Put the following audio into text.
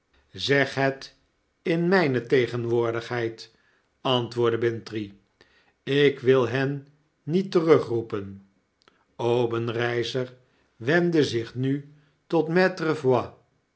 zeg het in myne tegenwoordigheid antwoordde bintrey lk wil hen niet terugroepen obenreizer wendde zich nu tot